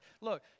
Look